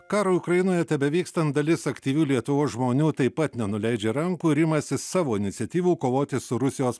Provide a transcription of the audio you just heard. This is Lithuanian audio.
karui ukrainoje tebevykstant dalis aktyvių lietuvos žmonių taip pat nenuleidžia rankų ir imasi savo iniciatyvų kovoti su rusijos